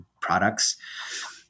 products